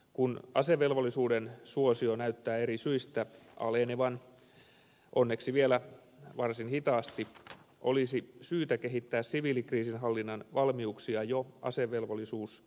kun asevelvollisuuden suosio näyttää eri syistä alenevan onneksi vielä varsin hitaasti olisi syytä kehittää siviilikriisinhallinnan valmiuksia jo asevelvollisuusaikana